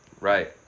Right